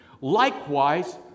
likewise